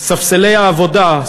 ספסלי העבודה,